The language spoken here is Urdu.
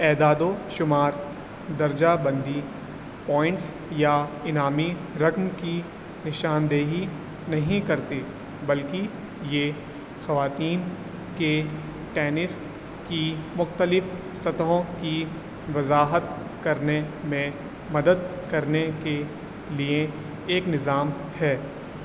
اعداد و شمار درجہ بندی پوائنٹس یا انعامی رقم کی نشاندہی نہیں کرتے بلکہ یہ خواتین کے ٹینس کی مختلف سطحوں کی وضاحت کرنے میں مدد کرنے کے لیے ایک نظام ہے